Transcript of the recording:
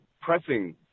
pressing